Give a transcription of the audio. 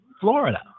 Florida